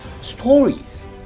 Stories